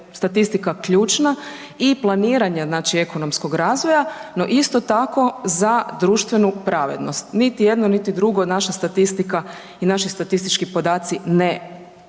statistika ključna i planiranja ekonomskog razvoja, no isto tako za društvenu pravednost. Niti jedno niti drugo naša statistika i naši statistički podaci ne